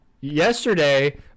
Yesterday